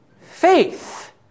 faith